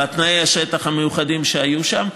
בתנאי השטח המיוחדים שהיו שם.